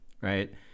right